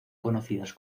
conocidas